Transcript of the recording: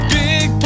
big